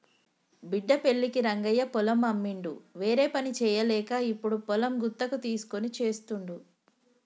బిడ్డ పెళ్ళికి రంగయ్య పొలం అమ్మిండు వేరేపని చేయలేక ఇప్పుడు పొలం గుత్తకు తీస్కొని చేస్తుండు